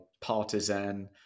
partisan